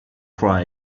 cry